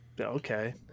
Okay